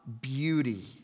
beauty